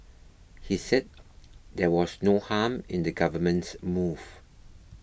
he said there was no harm in the government's move